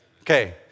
Okay